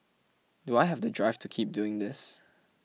do I have the drive to keep doing this